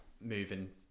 moving